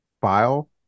file